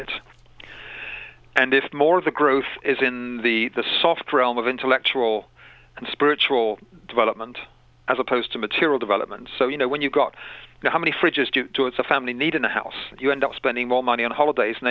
it and if more of the growth is in the soft realm of intellectual and spiritual development as opposed to material development so you know when you've got your how many fridges to do it's a family need in the house you end up spending more money on holidays and